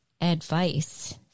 advice